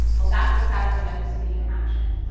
well that was static electricity in action.